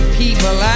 people